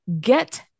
get